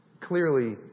Clearly